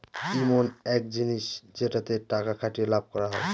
ইমন এক জিনিস যেটাতে টাকা খাটিয়ে লাভ করা হয়